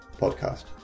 podcast